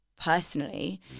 personally